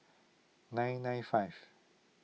nine nine five